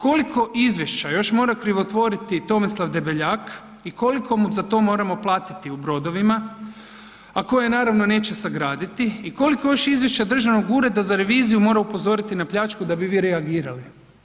Koliko Izvješća još mora krivotvoriti Tomislav Debeljak i koliko mu za to moramo platiti u brodovima, a koje naravno neće sagraditi, i koliko još Izvješća Državnog ureda za reviziju mora upozoriti na pljačku da bi vi reagirali?